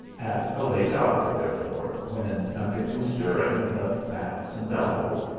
at a late hour, therefore, when nothing was stirring but bats and owls,